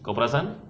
kau perasan